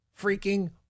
freaking